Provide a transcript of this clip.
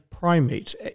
primates